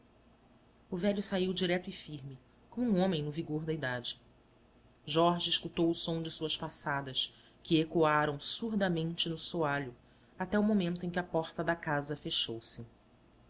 o velho saiu direito e firme como um homem no vigor da idade jorge escutou o som de suas passadas que ecoaram surdamente no soalho até o momento em que a porta da casa fechou-se